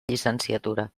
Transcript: llicenciatura